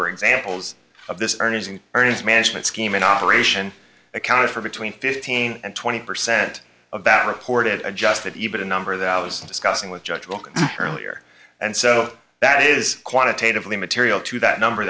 were examples of this earning earnings management scheme in operation accounted for between fifteen and twenty percent of that reported adjusted even a number that i was discussing with judge walker earlier and so that is quantitatively material to that number